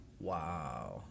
Wow